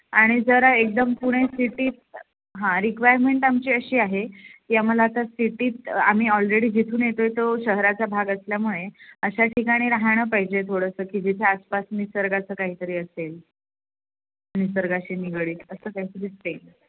आणि जरा एकदम पुणे सिटीत हां रिक्वायरमेंट आमची अशी आहे की आम्हाला आता सिटीत आम्ही ऑलरेडी जिथून येतो आहे तो शहराचा भाग असल्यामुळे अशा ठिकाणी राहणं पाहिजे थोडंसं की जिथे आसपास निसर्गाचं काहीतरी असेल निसर्गाशी निगडीत असं काहीतरी